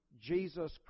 Jesus